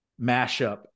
mashup